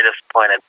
disappointed